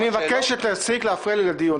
אני מבקש שתפסיק להפריע לי לדיון.